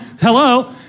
Hello